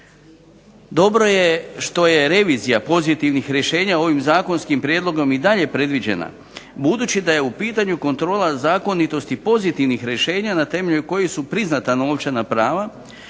Dobro je što je revizija pozitivnih rješenja ovim zakonskim prijedlogom i dalje predviđena budući da je u pitanju kontrola zakonitosti pozitivnih rješenja na temelju kojih su priznata novčana prava